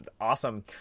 awesome